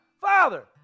Father